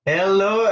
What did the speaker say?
Hello